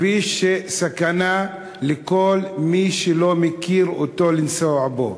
כביש שסכנה לכל מי שלא מכיר אותו לנסוע בו.